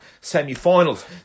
semi-finals